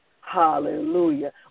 Hallelujah